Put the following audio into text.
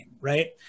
Right